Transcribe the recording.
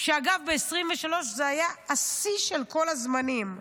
אגב, ב-2023 היה השיא של כל הזמנים,